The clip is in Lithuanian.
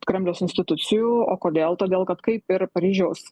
kremliaus institucijų o kodėl todėl kad kaip ir paryžiaus